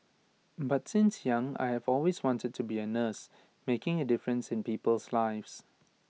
but since young I have always wanted to be A nurse making A difference in people's lives